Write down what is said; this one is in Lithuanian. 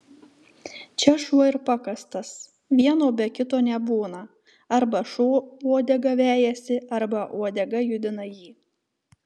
čia šuo ir pakastas vieno be kito nebūna arba šuo uodegą vejasi arba uodega judina jį